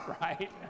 right